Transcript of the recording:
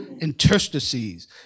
interstices